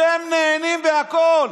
אתם נהנים מהכול.